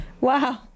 wow